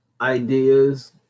ideas